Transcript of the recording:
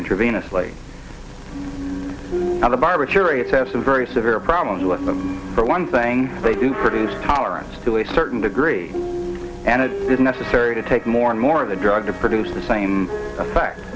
intravenously other barbiturates has very severe problems with them for one thing they do produce tolerance to a certain degree and it is necessary to take more and more of the drug to produce the same effect